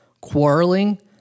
quarreling